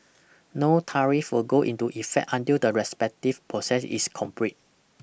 no tariff will go into effect until the respective process is complete